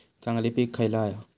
चांगली पीक खयला हा?